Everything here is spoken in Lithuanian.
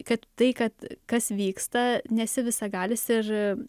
kad tai kad kas vyksta nesi visagalis ir